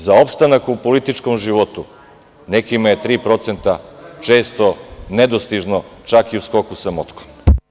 Za opstanak u političkom životu nekima je 3% često nedostižno, čak i u skoku sa motkom.